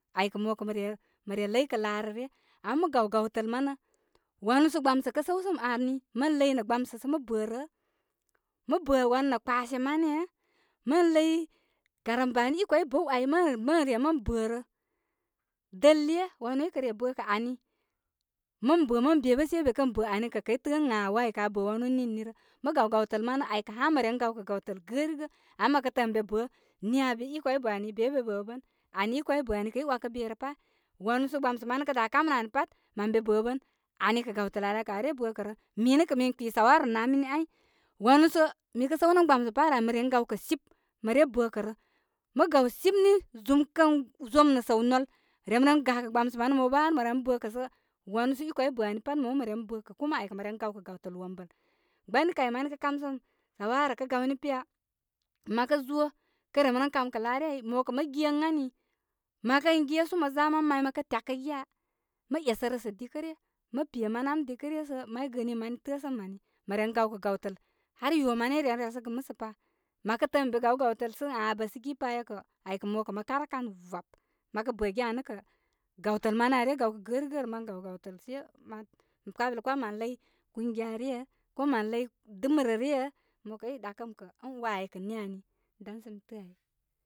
Aykə' mo kə' mə re məre lāykə laa rə ryə. Ama mə gaw gawtəl manə. wanuu sə gbamsə kə səwsəm aani mə ləy nə gbamsə sə mə bə rə. Mə bə wan nə kpashe manee. Mən ləy karambani i kawi bəw aa ai mən, mə re mə bə' rə. Dəle wanu i kə re bə kə' ani, mən bə mən be bə sai be kən bə' ani kə' kəy təə ən ghə waa ai kə' aa bə wanu nini rə. Mə gaw gawtəl manturn. Aykə ha mə ren gawkə gawtəl gərigə. Ama məkə təə mə be bə' niya bə i kawi bə' ani be bā be bə bə. An i kaw i bə ani kəy 'wakə be rə pā. wanu sə gbamsə manə kə da kamrə ani pat mən be bə bən, ani kə gawtəl ali kə aa re bə kə' rə. Mi nə' kə min kpii shawara naa mini ai. wanu sə miikə səw nə gbamsə pa rə an mi ren gawkə sip- mi re bəkə rə. mə gaw sip ni, zum kə zom nə səw nwal, rem ren gakəgbamsə matnə mo bə har mə ren bəkə sə wanu sə i kaw i bə ani papt mo bə mə ren bəkatrn kuma aykə mə ren gawkə gawtəl wombə. Gbani kay mani kə kam sə shawara kə gawni piya məkə zo kə remren kamkə' laare ai mo kə mə ge ə ani mə kə gesu mə za man may mə kər tyakə gufa, mə esərə sə dikəre. Mə pe manə am dikə re sə may gəənii mani fəə səm ani. Moren gawkə gawtəl har ywo mane i ren re sə gə musə pa. Məkə təə' mən be gaw gawtəl sə ghə bəsə gi pa ya kə', aykə' mokə' mə karə kan vwap mə kə' bə giya nə' kə', gawtəl manə aa re gawtəl se man kpapilya kpa mən ləy kungiya ryə. ko mən ləy dɨm rə ryə. mo kə' in ɗakəm kə' ən waa ai kə' ni ani, dan sə mi təə' ai.